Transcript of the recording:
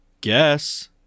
guess